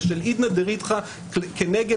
לסיכום,